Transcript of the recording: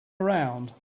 around